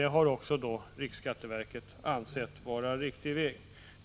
Detta har också riksskatteverket ansett vara en riktig väg.